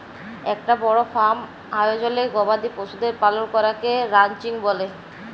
একটা বড় ফার্ম আয়জলে গবাদি পশুদের পালন করাকে রানচিং ব্যলে